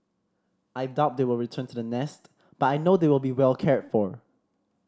I doubt they will return to the nest but I know they will be well cared for